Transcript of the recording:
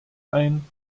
ein